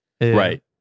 right